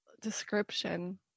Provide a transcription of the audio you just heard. description